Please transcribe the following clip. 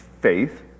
faith